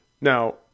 Now